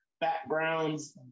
backgrounds